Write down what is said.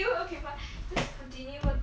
stop asking me lah you just talk lah